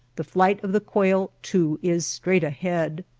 the flight of the quail, too, is straight ahead.